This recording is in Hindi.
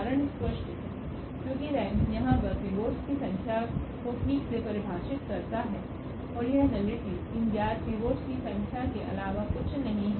कारण स्पष्ट है क्योंकि रेंक यहां पर पिवोट्स की संख्या को ठीक से परिभाषित करता है और यह नलिटी इन ज्ञात पिवट्स की संख्या के अलावा कुछ नहीं है